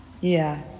Yeah